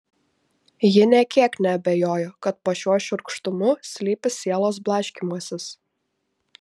ji nė kiek neabejojo kad po šiuo šiurkštumu slypi sielos blaškymasis